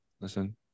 listen